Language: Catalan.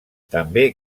també